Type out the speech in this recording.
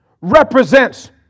represents